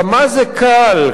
כמה קל,